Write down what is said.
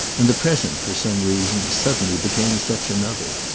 and the present, for some reason, suddenly became such another.